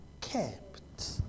kept